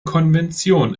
konvention